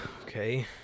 Okay